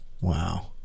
Wow